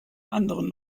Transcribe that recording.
anderen